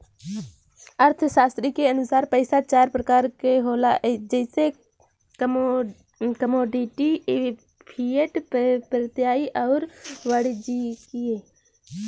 अर्थशास्त्री के अनुसार पइसा चार प्रकार क होला जइसे कमोडिटी, फिएट, प्रत्ययी आउर वाणिज्यिक